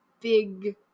big